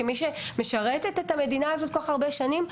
כמי שמשרתת את המדינה הזאת כל כך הרבה שנים,